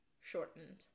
shortened